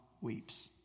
weeps